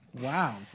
Wow